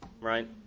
right